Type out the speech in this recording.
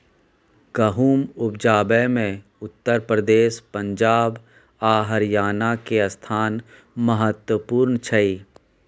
गहुम उपजाबै मे उत्तर प्रदेश, पंजाब आ हरियाणा के स्थान महत्वपूर्ण छइ